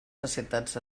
societats